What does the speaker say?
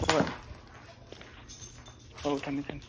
ꯍꯣꯍꯣꯏ ꯑꯥꯎ ꯊꯝꯃꯦ ꯊꯝꯃꯦ